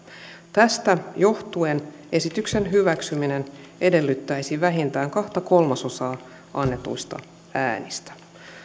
tästä johtuen esityksen hyväksyminen edellyttäisi vähintään kahta kolmasosaa annetuista äänistä